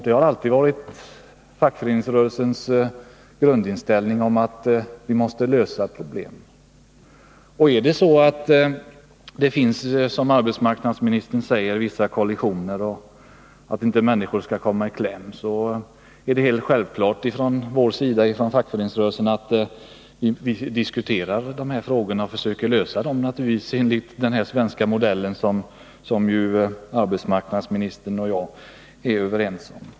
Det har alltid varit fackföreningsrörelsens grundinställning att vi måste lösa problemen. Om det, som arbetsmarknadsministern säger, förekommer vissa kollisioner och att människor kan komma i kläm anser vi i fackföreningsrörelsen att det är självklart att vi diskuterar dessa problem och försöker lösa dem enligt den svenska modellen, som arbetsmarknadsministern och jag är överens om.